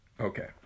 okay